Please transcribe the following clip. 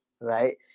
right